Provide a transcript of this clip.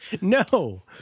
No